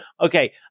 okay